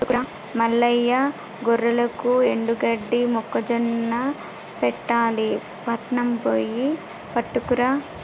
మల్లయ్య గొర్రెలకు ఎండుగడ్డి మొక్కజొన్న పెట్టాలి పట్నం బొయ్యి పట్టుకురా